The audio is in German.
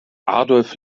adolf